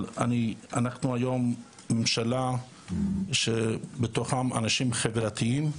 אבל אנחנו היום ממשלה שיש בתוכה אנשים חברתיים,